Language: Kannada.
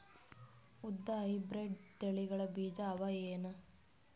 ಉದ್ದ ಹೈಬ್ರಿಡ್ ತಳಿಗಳ ಬೀಜ ಅವ ಏನು?